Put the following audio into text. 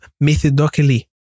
methodically